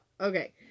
Okay